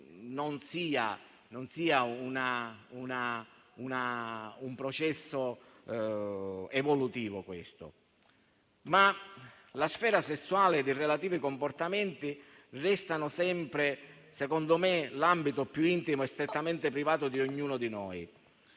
non sia un processo evolutivo. La sfera sessuale, con i relativi comportamenti, resta sempre, secondo me, l'ambito più intimo e strettamente privato di ognuno di noi,